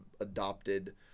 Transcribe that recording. adopted